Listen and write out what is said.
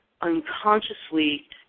unconsciously